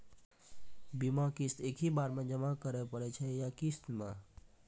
बीमा किस्त एक ही बार जमा करें पड़ै छै या किस्त मे?